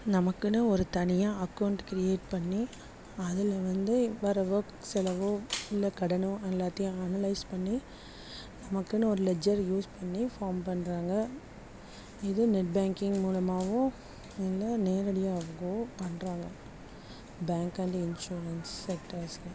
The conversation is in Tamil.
நமக்குன்னு ஒரு தனியாக அகௌண்டு க்ரியேட் பண்ணி அதில் வந்து வரவோ செலவோ இல்லை கடனோ எல்லாத்தையும் அனலைஸ் பண்ணி நமக்குன்னு ஒரு லெஜ்ஜர் யூஸ் பண்ணி ஃபார்ம் பண்ணுறாங்க இது நெட் பேங்க்கிங் மூலமாகவும் இல்லை நேரடியாகவோ பண்ணுறாங்க பேங்க் அண்ட் இன்சூரன்ஸ் செக்டார்ஸில்